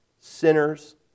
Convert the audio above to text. sinners